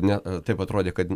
ne taip atrodė kad